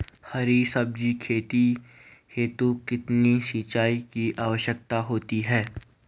हरी सब्जी की खेती हेतु कितने सिंचाई की आवश्यकता होती है?